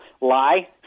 lie